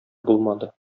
булмады